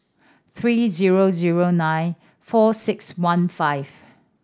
three zero zero nine four six one five